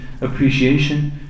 appreciation